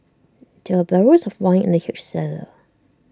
there were barrels of wine in the huge cellar